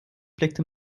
blickte